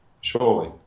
surely